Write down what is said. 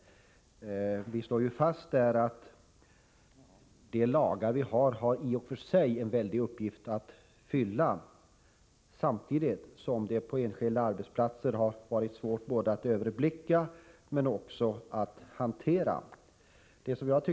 Vi slår i reservationen fast att de lagar vi har i och för sig har en stor uppgift att fylla, samtidigt som det på enskilda arbetsplatser har varit svårt både att överblicka och att hantera dem. Herr talman!